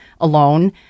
alone